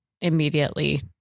immediately